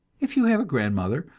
if you have a grandmother,